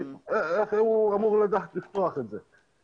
איך הוא אמור לדעת לפתוח את זה?